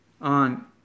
on